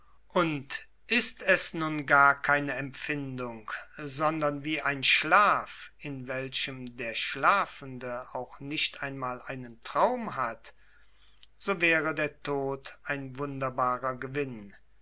und es ist nun gar keine empfindung sondern wie ein schlaf in welchem der schlafende auch nicht einmal einen traum hat so wäre der tod ein wunderbarer gewinn